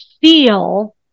feel